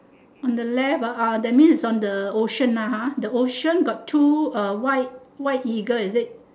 on the left ah that means is on the ocean (uh huh) the ocean got two uh white white eagle is it